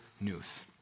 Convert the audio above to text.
news